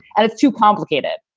and it's too complicated.